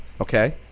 okay